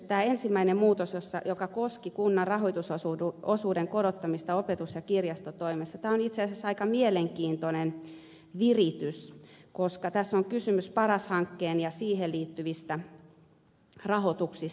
tämä ensimmäinen muutos joka koski kunnan rahoitusosuuden korottamista opetus ja kirjastotoimessa on itse asiassa aika mielenkiintoinen viritys koska tässä on kysymys paras hankkeen ja siihen liittyvistä rahoituksista